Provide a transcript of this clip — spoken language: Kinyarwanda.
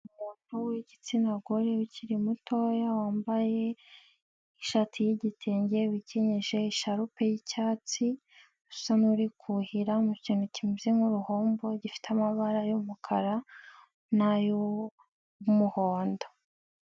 Umuntu w'igitsina gore, ukiri mutoya wambaye ishati y'igitenge, wikinije isharupe y'icyatsi, usa n'uri kuhira mu kintu kimeze nk'uruhombo, gifite amabara y'umukara n'ay'umuhondo.